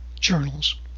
journals